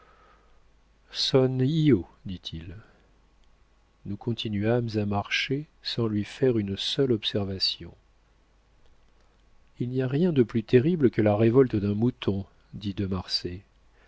dit-il nous continuâmes à marcher sans lui faire une seule observation il n'y a rien de plus terrible que la révolte d'un mouton dit de marsay